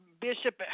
Bishop